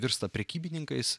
virsta prekybininkais